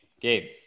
Gabe